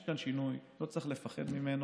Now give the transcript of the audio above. יש כאן שינוי, ולא צריך לפחד ממנו.